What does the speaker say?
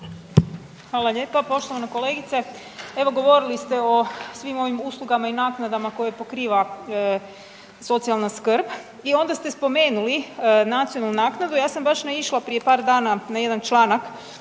Hvala lijepa. Poštovana kolegice, evo govorili ste o svim ovim uslugama i naknadama koje pokriva socijalna skrb i onda ste spomenuli nacionalnu naknadu. Ja sam baš naišla prije par dana na jedan članak